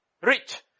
rich